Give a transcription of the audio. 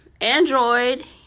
android